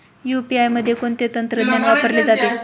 UPI मध्ये कोणते तंत्रज्ञान वापरले जाते?